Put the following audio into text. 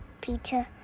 Peter